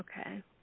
Okay